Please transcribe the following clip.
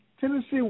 Tennessee